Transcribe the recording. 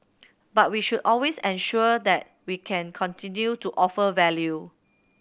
but we should always ensure that we can continue to offer value